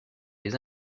les